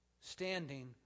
standing